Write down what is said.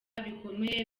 bikomeye